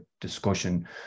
discussion